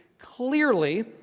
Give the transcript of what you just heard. clearly